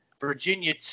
Virginia